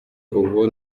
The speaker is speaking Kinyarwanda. ubu